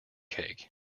cake